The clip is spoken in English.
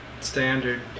standard